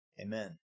Amen